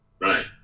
Right